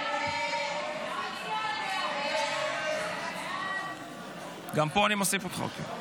הסתייגות 2 לא נתקבלה.